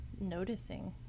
noticing